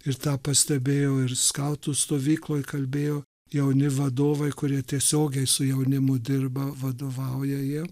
ir tą pastebėjau ir skautų stovykloje kalbėjo jauni vadovai kurie tiesiogiai su jaunimu dirba vadovauja jie